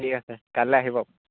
ঠিক আছে কাইলে আহিব